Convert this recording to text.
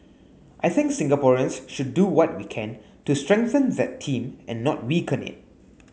I think Singaporeans should do what we can to strengthen that team and not weaken it